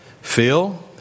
Phil